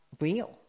real